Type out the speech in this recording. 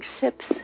sips